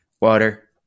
Water